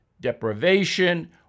deprivation